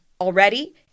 already